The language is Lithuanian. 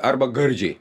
arba gardžiai